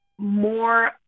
more